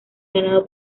ganado